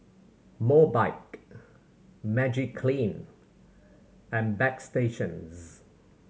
Mobike Magiclean and Bagstationz